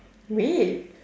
wait